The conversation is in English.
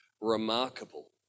remarkable